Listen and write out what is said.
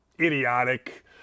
idiotic